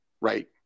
Right